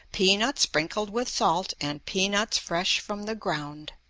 peanuts sprinkled with salt, and peanuts fresh from the ground.